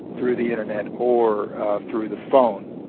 through the internet or through the phone.